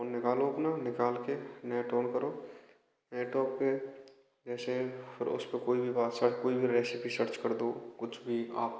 phone निकालो अपना निकाल के नेट ओन करो यूट्यूब पे जैसे उसपे कोई भी भाषा कोई भी रेसिपी सर्च कर दो कुछ भी आप